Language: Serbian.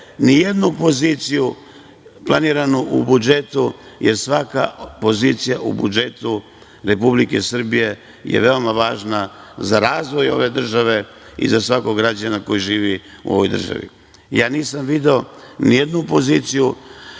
nijednu poziciju planiranu u budžetu, jer svaka pozicija u budžetu Republike Srbije je veoma važna za razvoj ove države i za svakog građanina koji živi u ovoj državi. Nisam video nijednu poziciju